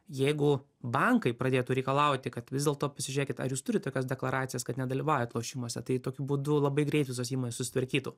jeigu bankai pradėtų reikalauti kad vis dėlto pasižiūrėkit ar jūs turit tokias deklaracijas kad nedalyvaujat lošimuose tai tokiu būdu labai greit visos įmonės susitvarkytų